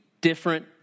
different